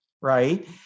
right